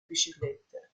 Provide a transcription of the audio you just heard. biciclette